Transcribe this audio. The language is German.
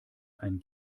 ein